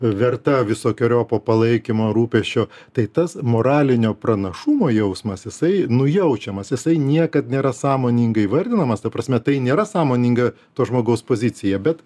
verta visokeriopo palaikymo rūpesčio tai tas moralinio pranašumo jausmas jisai nujaučiamas jisai niekad nėra sąmoningai įvardinamas ta prasme tai nėra sąmoninga to žmogaus pozicija bet